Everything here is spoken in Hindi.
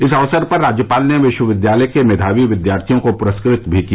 इस अवसर पर राज्यपाल ने विश्वविद्यालय के मेघावी विद्यार्थियों को पुरस्कृत भी किया